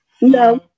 No